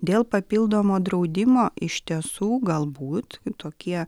dėl papildomo draudimo iš tiesų galbūt tokie